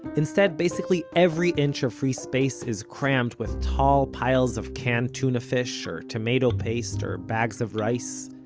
instead, basically every inch of free space is crammed with tall piles of canned tuna fish, or tomato paste, or bags of rice.